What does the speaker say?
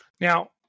Now